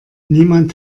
niemand